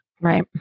Right